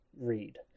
read